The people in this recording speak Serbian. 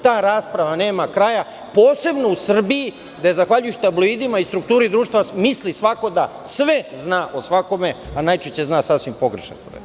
Ta rasprava nema kraja, posebno u Srbiji gde zahvaljujući tabloidima i strukturi društva misli svako da sve zna o svakome, a najčešće zna sasvim pogrešne stvari.